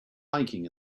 hiking